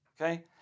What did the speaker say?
Okay